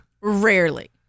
Rarely